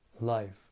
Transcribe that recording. life